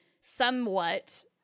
somewhat